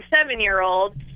seven-year-old